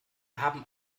haben